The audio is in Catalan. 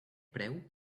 preu